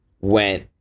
went